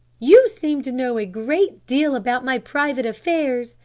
you seem to know a great deal about my private affairs,